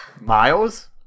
Miles